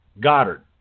Goddard